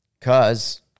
Cause